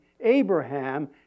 Abraham